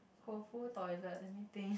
Koufu toilet let me think